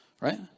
right